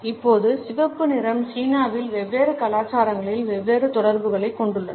இப்போது சிவப்பு நிறம் சீனாவில் வெவ்வேறு கலாச்சாரங்களில் வெவ்வேறு தொடர்புகளைக் கொண்டுள்ளது